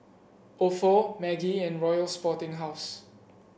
Ofo Maggi and Royal Sporting House